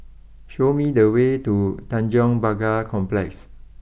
show me the way to Tanjong Pagar Complex